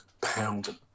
pound